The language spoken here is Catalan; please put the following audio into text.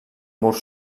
mur